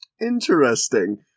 interesting